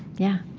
yeah.